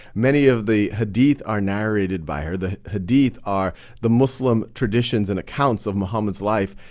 many of the hadith are narrated by her. the hadith are the muslim traditions and accounts of muhammad's life,